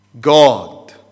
God